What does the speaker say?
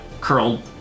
curled